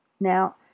Now